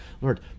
lord